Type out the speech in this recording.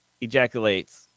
ejaculates